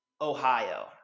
Ohio